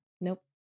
Nope